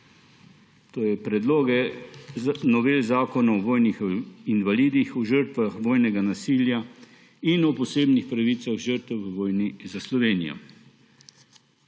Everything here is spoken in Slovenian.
predlogi novel zakonov o vojnih invalidih, o žrtvah vojnega nasilja in o posebnih pravicah žrtev v vojni za Slovenijo.